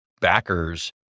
backers